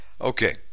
Okay